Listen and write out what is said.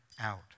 out